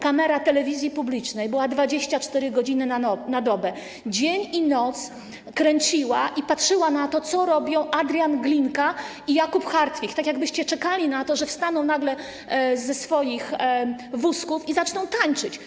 Kamera telewizji publicznej była obecna 24 godziny na dobę, dzień i noc kręcono i patrzono na to, co robią Adrian Glinka i Jakub Hartwich, tak jakbyście czekali na to, że wstaną nagle ze swoich wózków i zaczną tańczyć.